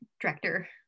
director